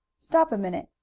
stop a minute!